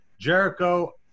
Jericho